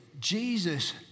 Jesus